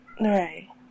Right